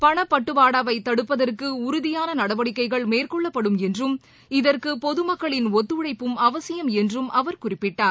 பட்டுவாடாவை தடுப்பதற்கு உறதியான நடவடிக்கைகள் மேற்கொள்ளப்படும் என்றும் இதற்கு பண பொதுமக்களின் ஒத்துழைப்பும் அவசியம் என்றும் அவர் குறிப்பிட்டார்